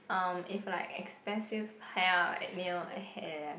um if like expensive hair like nail hair